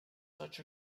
such